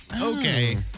okay